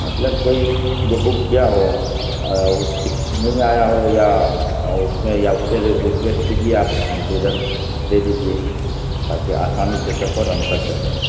مطلب کوئی جو بک کیا ہو نہیں آیا ہو یا اس میں یا اس سے ریکویسٹ کیجیے آپ ہم کو ادھر دے دیجیے تاکہ آسانی سے سفر ہم کر سکیں